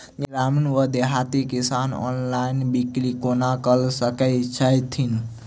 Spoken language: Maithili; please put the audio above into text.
ग्रामीण वा देहाती किसान ऑनलाइन बिक्री कोना कऽ सकै छैथि?